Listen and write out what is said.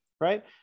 right